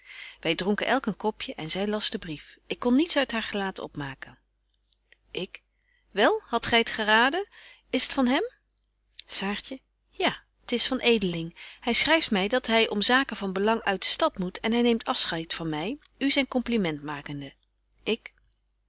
wy dronken elk een kopje en zy las den brief ik kon niets uit haar gelaat opmaken ik wel hadt gy t geraden is t van hem saartje ja t is van edeling hy schryft my dat hy om zaken van belang uit de stad moet en hy neemt afscheid van my u zyn compliment makende